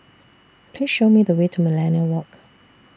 Please Show Me The Way to Millenia Walk